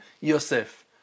Yosef